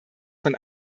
von